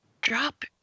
drop